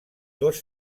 dos